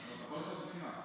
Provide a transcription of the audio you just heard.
אתה יכול לעשות לי בחינה.